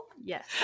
Yes